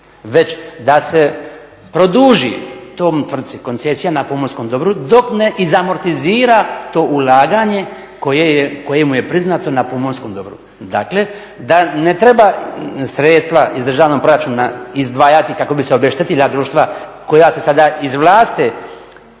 već da se produži toj tvrtci koncesija na pomorskom dobru dok ne izamortizira to ulaganje koje mu je priznato na pomorskom dobru. Dakle, da ne treba sredstva iz državnog proračuna izdvajati kako bi se obeštetila društva koja se sada izvlaste